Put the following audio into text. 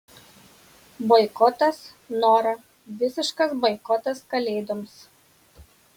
boikotas nora visiškas boikotas kalėdoms